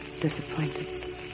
disappointed